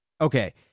Okay